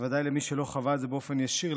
ודאי למי שלא חווה את זה באופן ישיר.